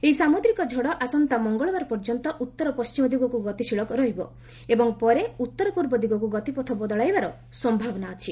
ଏହି ସାମୁଦ୍ରିକ ଝଡ଼ ଆସନ୍ତା ମଙ୍ଗଳବାର ପର୍ଯ୍ୟନ୍ତ ଉତ୍ତର ପଣ୍ଟିମ ଦିଗକୁ ଗତିଶୀଳ ରହିବ ଏବଂ ପରେ ଉତ୍ତରପୂର୍ବ ଦିଗକୁ ଗତିପଥ ବଦଳାଇବାର ସମ୍ଭାବନା ଅଛି